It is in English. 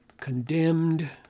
Condemned